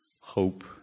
hope